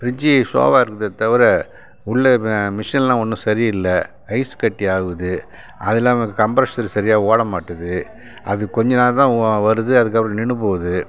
fridge ஷோவாக இருக்குதே தவிர உள்ளே மிஷின்லாம் ஒன்றும் சரி இல்லை ஐஸ்கட்டி ஆவுது அது இல்லாமல் கம்ப்ரஷ்ஷர் சரியாக ஓட மாட்டுது அது கொஞ்ச நேரம் தான் வருது அதற்கப்பறம் நின்றுப் போகுது